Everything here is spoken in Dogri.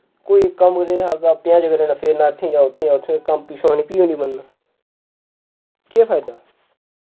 कोई कम्म नी करना असें पंजाहें जगहें उनें फेरना इत्थै जाओ उत्थै जाओ उत्थै जाओ कम्म पिच्छो सानी फ्ही बी नी बनना केह् फायदा